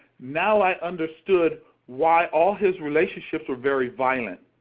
now i understood why all his relationships were very violent,